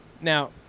now